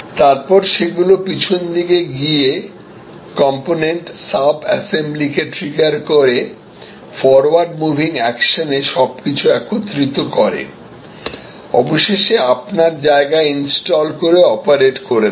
তারপরে সেগুলি পিছন দিকে গিয়ে কম্পনেন্ট সাব অ্যাসেম্বলি কে ট্রিগার করে ফরওয়ার্ড মুভিং অ্যাকশনে সবকিছু একত্রিত করে অবশেষে আপনার জায়গায় ইনস্টল করে অপারেট করে দেয়